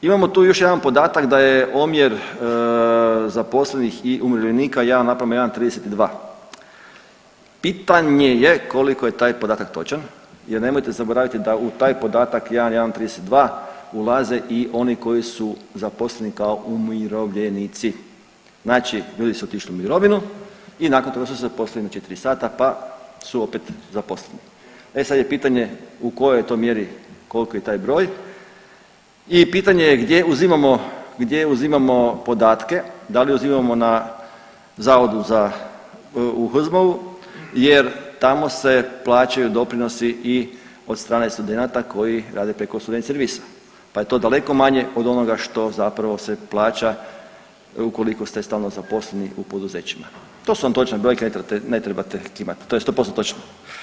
Imamo tu još jedan podatak da je omjer zaposlenih i umirovljenika 1:1,32, pitanje je koliko je taj podatak točan jer nemojte zaboraviti da u taj podatak 1:1,32 ulaze i oni koji su zaposleni kao umirovljenici, znači bili su otišli u mirovinu i nakon toga su se zaposlili na 4 sata pa su opet zaposleni, e sad je pitanje u kojoj je to mjeri, koliki je taj broj i pitanje je gdje uzimamo, gdje uzimamo podatke, da li uzimamo na Zavodu za, u HZMO-u jer tamo se plaćaju doprinosi i od strane studenata koji rade preko student servisa, pa je to daleko manje od onoga što zapravo se plaća ukoliko ste stalno zaposleni u poduzećima, to su vam točne brojke, ne trebate, ne trebate kimat, to je 100% točno.